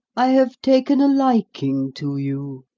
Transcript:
i have taken a liking to you,